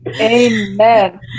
Amen